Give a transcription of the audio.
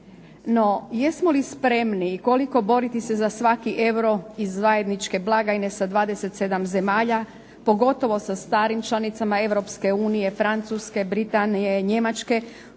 No jesmo li spremni i koliko boriti se za svaki euro iz zajedničke blagajne sa 27 zemalja, pogotovo sa starim članicama Europske unije Francuske, Britanije, Njemačke,